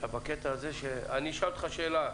בקטע הזה ש, אני אשאל אותך שאלה.